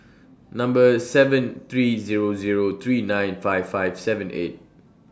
Number seven three Zero Zero three nine five five seven eight